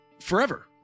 forever